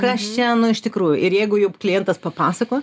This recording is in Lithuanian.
kas čia nu iš tikrųjų ir jeigu jau klientas papasakoja